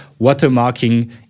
watermarking